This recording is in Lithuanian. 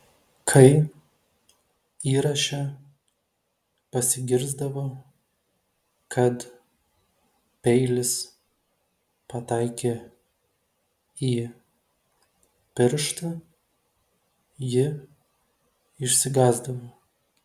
kai įraše pasigirsdavo kad peilis pataikė į pirštą ji išsigąsdavo